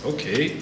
Okay